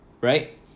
right